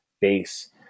base